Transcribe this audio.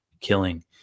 killing